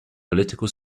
political